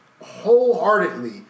wholeheartedly